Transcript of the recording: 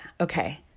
Okay